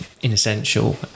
inessential